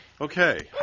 Okay